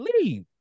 leave